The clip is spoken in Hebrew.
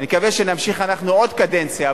נקווה שנמשיך אנחנו עוד קדנציה,